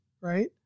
right